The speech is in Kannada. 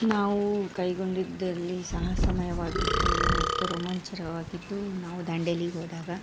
ನಾವು ಕೈಗೊಂಡಿದಲ್ಲಿ ಸಾಹಸಮಯವಾಗಿದ್ದು ಮತ್ತು ರೋಮಾಂಚನವಾಗಿದ್ದು ನಾವು ದಾಂಡೇಲಿಗೆ ಹೋದಾಗ